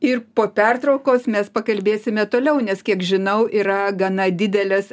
ir po pertraukos mes pakalbėsime toliau nes kiek žinau yra gana didelės